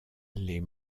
les